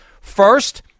First